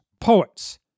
poets